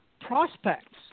prospects